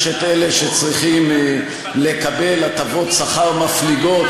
יש אלה שצריכים לקבל הטבות שכר מפליגות,